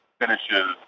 finishes